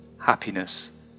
happiness